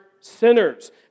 sinners